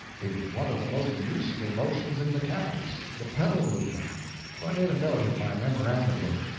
it was one of the most useful motions in mechanics, the pedal movement so i made a note in my memorandum book,